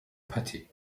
patti